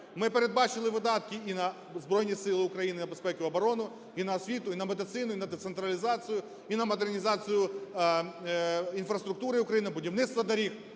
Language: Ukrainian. Ми передбачили видатки і на Збройні Сили України, на безпеку і оборону, і на освіту, і на медицину, і на децентралізацію, і на модернізацію інфраструктури України, будівництво доріг.